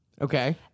Okay